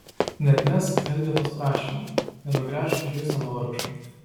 neatmesk elgetos prašymo nenugręžk žvilgsnio nuo vargšo